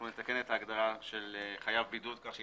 אנחנו נתקן את ההגדרה של חייב בידוד כך היא